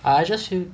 I just feel